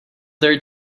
there